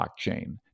blockchain